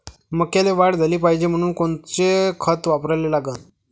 मक्याले वाढ झाली पाहिजे म्हनून कोनचे खतं वापराले लागन?